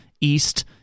east